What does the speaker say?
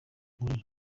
nkorera